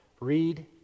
Read